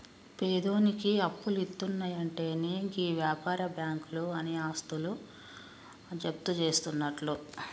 పేదోనికి అప్పులిత్తున్నయంటెనే గీ వ్యాపార బాకుంలు ఆని ఆస్తులు జప్తుజేస్తయన్నట్లు